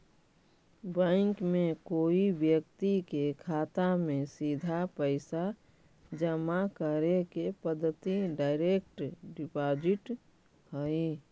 bank में कोई व्यक्ति के खाता में सीधा पैसा जमा करे के पद्धति डायरेक्ट डिपॉजिट हइ